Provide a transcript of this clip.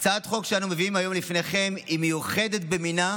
הצעת החוק שאנו מביאים לפניכם היא מיוחדת במינה,